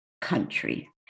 country